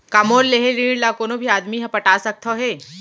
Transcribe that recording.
का मोर लेहे ऋण ला कोनो भी आदमी ह पटा सकथव हे?